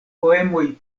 poemoj